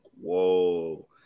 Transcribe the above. Whoa